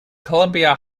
columbia